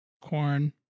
Corn